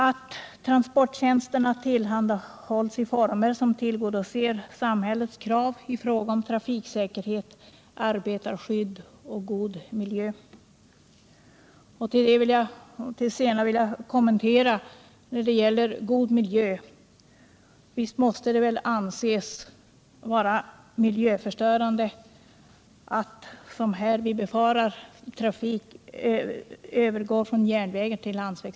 ; att transporttjänsterna tillhandahålls i former som tillgodoser samhällets krav i fråga om trafiksäkerhet, arbetarskydd och en god miljö”. Visst måste det väl anses vara miljöförstörande att, som vi befarar, trafik övergår från järnväg till landsväg.